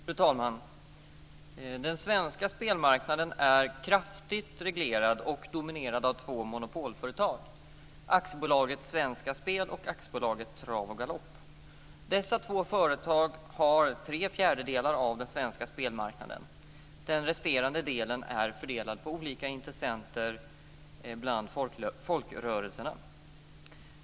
Fru talman! Den svenska spelmarknaden är kraftigt reglerad och dominerad av två monopolföretag, AB Svenska Spel och AB Trav och Galopp. Dessa två företag har tre fjärdedelar av den svenska spelmarknaden. Den resterande delen är fördelad på olika intressenter bland folkrörelserna.